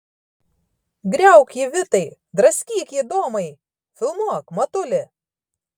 griauk jį vitai draskyk jį domai filmuok matuli